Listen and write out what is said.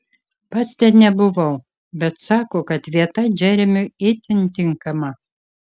pats ten nebuvau bet sako kad vieta džeremiui itin tinkama